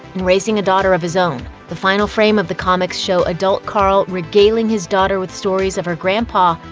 and raising a daughter of his own. the final frame of the comics shows adult carl regaling his daughter with stories of her grandpa,